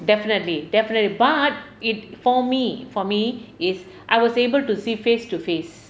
definitely definitely but it for me for me is I was able to see face to face